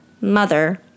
mother